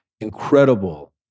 incredible